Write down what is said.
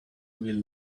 will